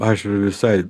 aš visai